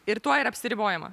ir tuo yra apsiribojama